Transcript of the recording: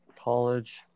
College